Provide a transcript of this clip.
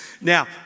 Now